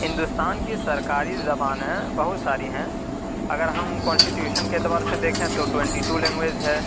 ہندوستان کی سرکاری زبانیں بہت ساری ہیں اگر ہم کانسٹیٹیوشن کے اعتبار سے دیکھیں تو ٹوئنٹی ٹو لینگویج ہے